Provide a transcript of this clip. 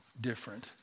different